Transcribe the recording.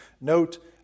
note